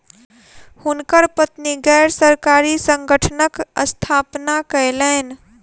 हुनकर पत्नी गैर सरकारी संगठनक स्थापना कयलैन